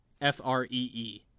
F-R-E-E